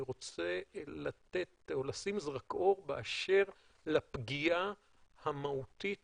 אני רוצה לשים זרקור באשר לפגיעה המהותית